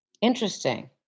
Interesting